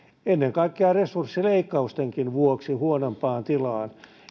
ennen kaikkea resurssileikkausten vuoksi huonompaan tilaan